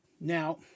Now